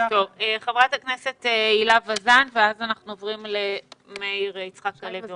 חברת הכנסת הילה וזאן ואז אנחנו עוברים למאיר יצחק הלוי,